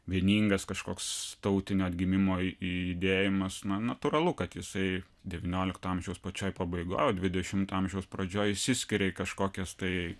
vieningas kažkoks tautinio atgimimo judėjimas na natūralu kad jisai devyniolikto amžiaus pačioj pabaigoj dvidešimto amžiaus pradžioj išsiskiria į kažkokias tai